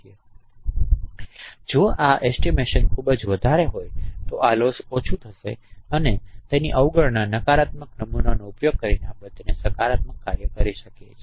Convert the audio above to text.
તેથી જો આ અંદાજ ખૂબ વધારે છે તો આ લોસ ઓછું થશે અને તેની અવગણના નકારાત્મક નમૂનાનો ઉપયોગ કરીને આપણે તેને સકારાત્મક કાર્ય કરીએ છીએ